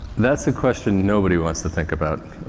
that's a question nobody wants to think about.